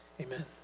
Amen